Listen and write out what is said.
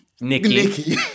Nikki